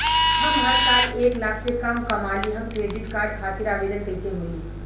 हम हर साल एक लाख से कम कमाली हम क्रेडिट कार्ड खातिर आवेदन कैसे होइ?